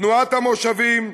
תנועת המושבים,